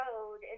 road